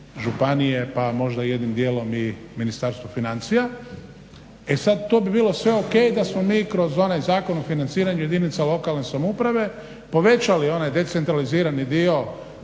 pa možda jednim dijelom i Ministarstvo financija. E sad to bi bilo sve ok da smo mi kroz onaj Zakon o financiranju jedinica lokalne samouprave povećali onaj decentralizirani dio